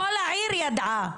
כל העיר ידעה.